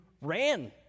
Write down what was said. ran